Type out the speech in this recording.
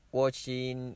watching